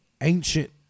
ancient